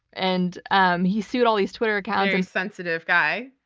and um he sued all these twitter accounts. very sensitive guy.